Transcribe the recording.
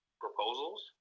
proposals